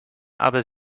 aber